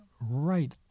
right